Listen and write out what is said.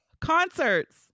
Concerts